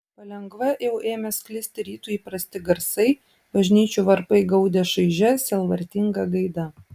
palengva jau ėmė sklisti rytui įprasti garsai bažnyčių varpai gaudė šaižia sielvartinga gaida